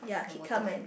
your motto